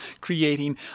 creating